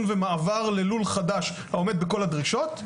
ומעבר ללול חדש העומד בכל הדרישות,